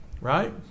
Right